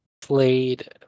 played